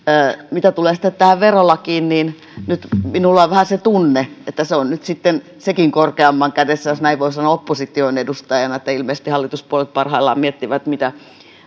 mitä tulee tähän verolakiin niin minulla on vähän se tunne että se on nyt sitten sekin korkeamman kädessä jos näin voi sanoa opposition edustajana että ilmeisesti hallituspuolueet parhaillaan miettivät mitä